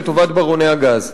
לטובת ברוני הגז.